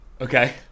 Okay